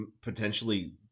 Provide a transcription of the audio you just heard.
potentially